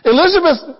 Elizabeth